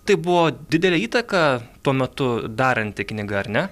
tai buvo didelę įtaką tuo metu daranti knyga ar ne